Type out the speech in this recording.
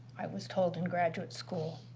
i was told and graduate school,